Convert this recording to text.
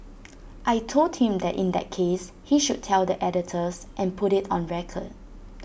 I Told him that in that case he should tell the editors and put IT on record